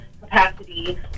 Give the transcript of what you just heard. capacity